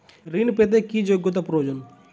ঋণ পেতে কি যোগ্যতা প্রয়োজন?